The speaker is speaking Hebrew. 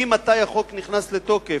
ממתי החוק נכנס לתוקף,